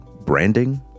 branding